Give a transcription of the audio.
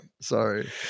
Sorry